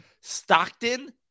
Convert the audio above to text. Stockton